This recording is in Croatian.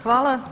Hvala.